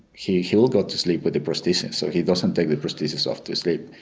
he he will go to sleep with the prosthesis, so he doesn't take the prosthesis off to sleep.